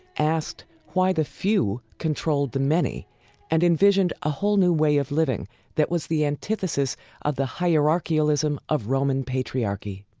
asked why the few controlled the many and envisioned a whole new way of living that was the antithesis of the hierarchialism of roman patriarchy.